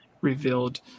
revealed